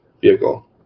vehicle